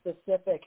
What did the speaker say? specific